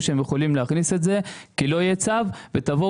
שהם יכולים להכניס את זה כי לא יהיה צו ותבואו